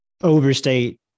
overstate